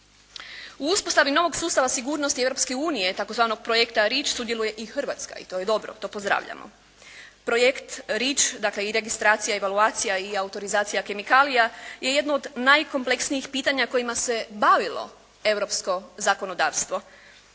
U uspostavi novog sustava sigurnosti Europske unije tzv. projekta "REACH" sudjeluje i Hrvatska. I to je dobro. To pozdravljamo. Projekt "REACH" dakle i registracija, evaluacija i autorizacija kemikalija je jedno od najkompleksnijih pitanja kojima se bavilo europsko zakonodavstvo.